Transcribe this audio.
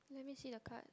let me see the card